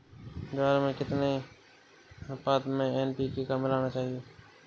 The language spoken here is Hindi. ज्वार में कितनी अनुपात में एन.पी.के मिलाना चाहिए?